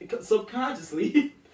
subconsciously